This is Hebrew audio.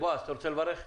בועז, אתה רוצה לברך?